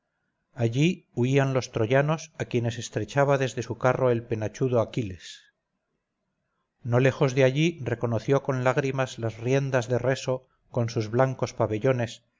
allí huían los troyanos a quienes estrechaba desde su carro el penachudo aquiles no lejos de allí reconoció con lágrimas las tiendas de reso con sus blancos pabellones